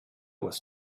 was